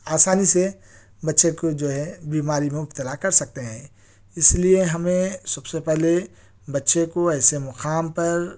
آسانی سے بچے کو جو ہے بیماری میں مبتلا کر سکتے ہیں اس لئے ہمیں سب سے پہلے بچے کو ایسے مقام پر